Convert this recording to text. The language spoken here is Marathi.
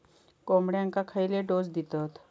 कोंबड्यांक खयले डोस दितत?